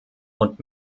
und